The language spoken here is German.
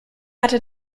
hatte